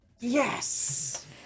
Yes